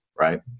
right